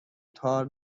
تار